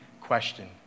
question